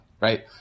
right